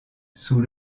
sous